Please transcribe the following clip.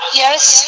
Yes